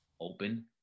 open